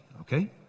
okay